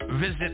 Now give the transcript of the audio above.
Visit